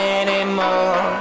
anymore